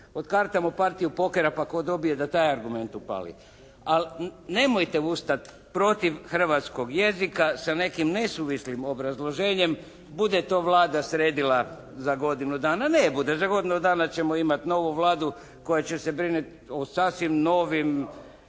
otkartamo partiju pokera pa tko dobije da taj argument upali. Ali nemojte ustati protiv hrvatskog jezika sa nekim nesuvislim obrazloženjem bude to Vlada sredila za godinu dana. Ne bude. Za godinu dana ćemo imati novu Vladu koja će se brinuti o sasvim novim